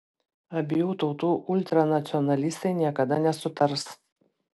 abiejų tautų ultranacionalistai niekada nesutars